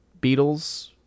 Beatles